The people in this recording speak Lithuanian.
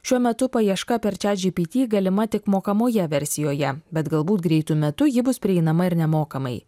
šiuo metu paieška per chatgpt galima tik mokamoje versijoje bet galbūt greitu metu ji bus prieinama ir nemokamai